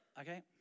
Okay